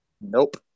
nope